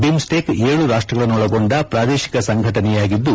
BIMSTEC ಗರಾಷ್ಟಗಳನ್ನೊಳಗೊಂಡ ಪ್ರಾದೇಶಿಕ ಸಂಘಟನೆಯಾಗಿದ್ದು